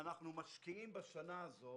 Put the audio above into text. אנחנו משקיעים בשנה הזו